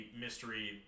mystery